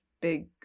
big